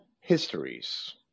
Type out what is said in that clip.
histories